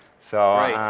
so i